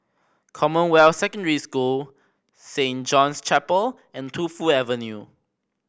Commonwealth Secondary School Saint John's Chapel and Tu Fu Avenue